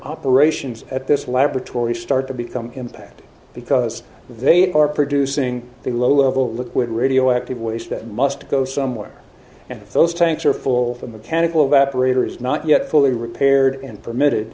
operations at this laboratory start to become impacted because they are producing the low level liquid radioactive waste that must go somewhere and those tanks are full of mechanical evaporator is not yet fully repaired and permitted